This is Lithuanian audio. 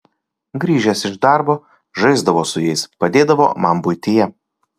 grįžęs iš darbo žaisdavo su jais padėdavo man buityje